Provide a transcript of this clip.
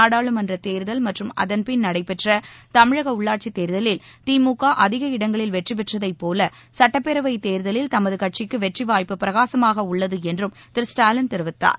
நாடாளுமன்றத் தேர்தல் மற்றும் அதன்பின் நடைபெற்ற தமிழக உள்ளாட்சித் தேர்தலில் திமுக அதிக இடங்களில் வெற்றி பெற்றதைப் போல சட்டப்பேரவைத் தேர்தலில் தமது கட்சிக்கு வெற்றி வாய்ப்பு பிரகாசமாக உள்ளது என்றும் திரு ஸ்டாலின் தெரிவித்தார்